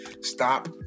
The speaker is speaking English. Stop